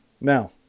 Now